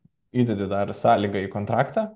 įdedi dar sąlygą į kontraktą